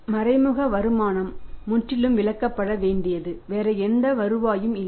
மறைமுக வருமானம் முற்றிலும் விலக்கப்பட வேண்டியது வேறு எந்த வருவாயும் இல்லை